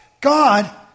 God